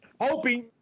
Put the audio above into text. hoping